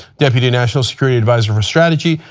deputy national security adviser for strategy.